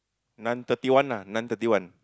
nan thirty one ah nan thirty one